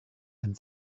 and